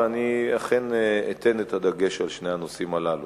ואני אכן אתן את הדגש על שני הנושאים הללו.